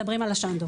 מדברים על השנדו.